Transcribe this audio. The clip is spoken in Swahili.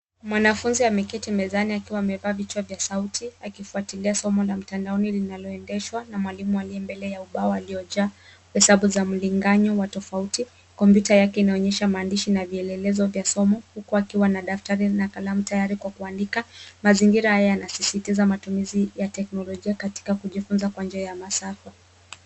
Mwanafunzi ameketi mezani, akiwa amevaa vichwa vya sauti, akifuatilia somo la mtandaoni linaloendeshwa na mwalimu aliye mbele ya ubao aliyojaa hesabu la mlinganyo wa tofauti. Kompyuta yake inaonyesha maandishi na vielelezo vya somo, huku akiwa na daftari na kalamu tayari kwa kuandika. Mazingira haya yanasisitiza matumizi ya teknolojia katika kujifunza kwa njia ya masafa.